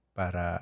para